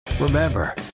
Remember